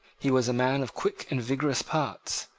he was a man of quick and vigorous parts,